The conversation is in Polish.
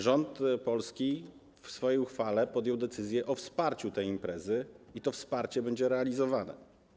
Rząd polski w swojej uchwale podjął decyzję o wsparciu tej imprezy i to wsparcie będzie realizowane.